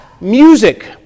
music